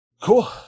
Cool